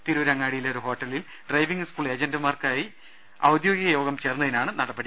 തിരൂരങ്ങാടിയിലെ ഒരു ഹോട്ടലിൽ driving school ഏജന്റുമാരുമായി അനൌദ്യോഗിക യോഗം ചേർന്നതിനാണ് നടപടി